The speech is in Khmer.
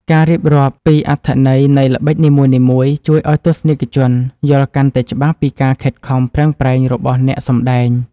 ការរៀបរាប់ពីអត្ថន័យនៃល្បិចនីមួយៗជួយឱ្យទស្សនិកជនយល់កាន់តែច្បាស់ពីការខិតខំប្រឹងប្រែងរបស់អ្នកសម្តែង។